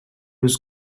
was